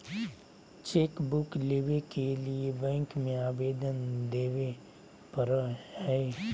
chequebook लेबे के लिए बैंक में अबेदन देबे परेय हइ